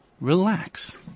relax